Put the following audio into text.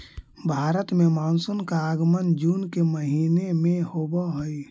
भारत में मानसून का आगमन जून के महीने में होव हई